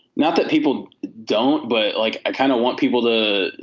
not that people don't. but like, i kind of want people to